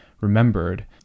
remembered